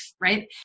right